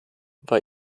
war